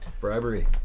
Bribery